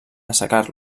assecar